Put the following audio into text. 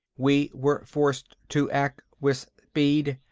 we were forced to act with speed.